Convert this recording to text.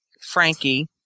Frankie